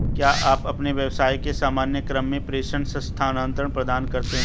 क्या आप अपने व्यवसाय के सामान्य क्रम में प्रेषण स्थानान्तरण प्रदान करते हैं?